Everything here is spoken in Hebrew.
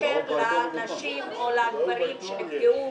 שיאפשר לנשים או גברים שנפגעו